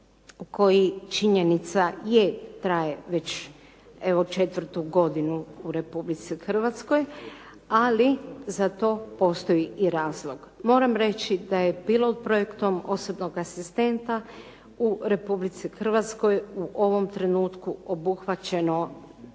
koji, činjenica je, traje već evo četvrtu godinu u Republici Hrvatskoj, ali za to postoji i razlog. Moram reći da je pilot projektom osobnog asistenta u Republici Hrvatskoj u ovom trenutku obuhvaćeno